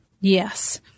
Yes